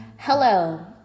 hello